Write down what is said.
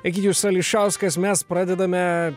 egidijus ališauskas mes pradedame